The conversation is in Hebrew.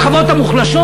הם השכבות המוחלשות.